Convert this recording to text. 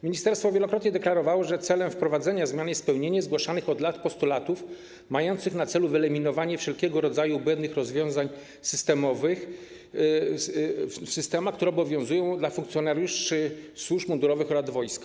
Ministerstwo wielokrotnie deklarowało, że celem wprowadzenia zmian jest spełnienie zgłaszanych od lat postulatów mających na celu wyeliminowanie wszelkiego rodzaju błędnych rozwiązań systemowych, w systemach, które obowiązują dla funkcjonariuszy służb mundurowych oraz wojska.